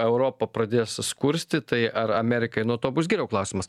europa pradės skursti tai ar amerikai nuo to bus geriau klausimas